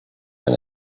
than